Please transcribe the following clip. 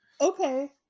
okay